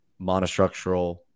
monostructural